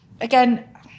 again